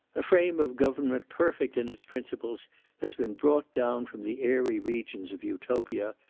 a frame of government perfect in its principles has been brought down from the airy regions of utopia,